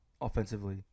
offensively